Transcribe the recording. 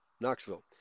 Knoxville